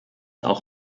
auch